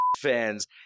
Fans